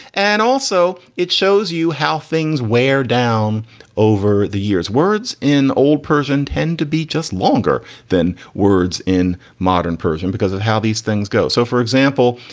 and also it shows you how things wear down over the years. words in old persian tend to be just longer than words in modern persian because of how these things go. so, for example,